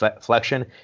flexion